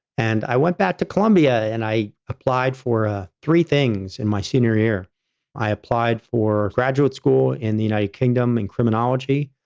and i went back to columbia and i applied for ah three things in my senior year i applied for graduate school in the united kingdom and criminology,